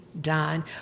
done